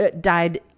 died